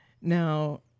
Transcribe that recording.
Now